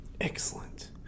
Excellent